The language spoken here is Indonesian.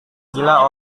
gila